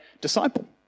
disciple